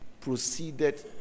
proceeded